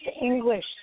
English